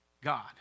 God